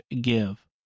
give